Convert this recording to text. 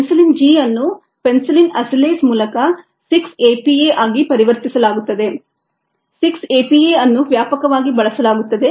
penicillin G ಅನ್ನು penicillin acylase ಮೂಲಕ 6 APA ಆಗಿ ಪರಿವರ್ತಿಸಲಾಗುತ್ತದೆ 6 ಎಪಿಎ ಅನ್ನು ವ್ಯಾಪಕವಾಗಿ ಬಳಸಲಾಗುತ್ತದೆ